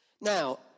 Now